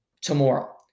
tomorrow